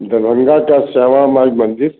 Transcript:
दरभंगा का श्यामा माई मंदिर